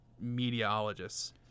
meteorologists